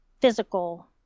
physical